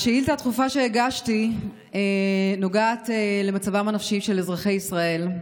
השאילתה הדחופה שהגשתי נוגעת למצבם הנפשי של אזרחי ישראל.